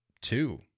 two